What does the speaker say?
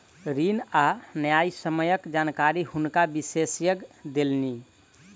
ऋण आ न्यायसम्यक जानकारी हुनका विशेषज्ञ देलखिन